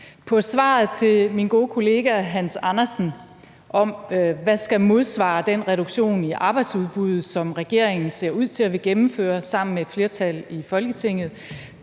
I svaret til min gode kollega Hans Andersen om, hvad der skal modsvare den reduktion i arbejdsudbuddet, som regeringen ser ud til at ville gennemføre sammen med et flertal i Folketinget,